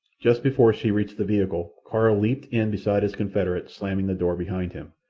just before she reached the vehicle, carl leaped in beside his confederate, slamming the door behind him.